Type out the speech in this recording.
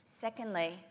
Secondly